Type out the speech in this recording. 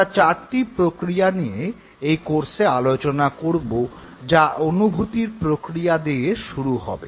আমরা চারটি প্রক্রিয়া নিয়ে এই কোর্সে আলোচনা করব যা অনুভূতির প্রক্রিয়া দিয়ে শুরু হবে